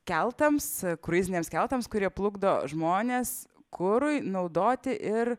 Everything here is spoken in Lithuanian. keltams kruiziniams keltams kurie plukdo žmones kurui naudoti ir